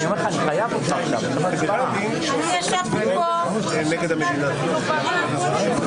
אני לא מגלה פה סוד משיחות פנימיות.